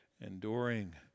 enduring